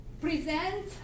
present